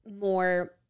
more